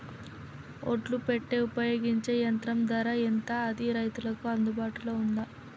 ఒడ్లు పెట్టే ఉపయోగించే యంత్రం ధర ఎంత అది రైతులకు అందుబాటులో ఉందా?